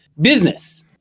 business